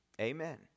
Amen